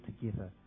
together